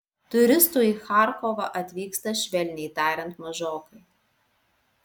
turistų į charkovą atvyksta švelniai tariant mažokai